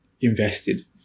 invested